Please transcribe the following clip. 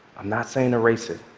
i'm not saying erase it.